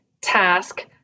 Task